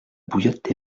bouillotte